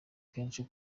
kenshi